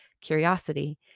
curiosity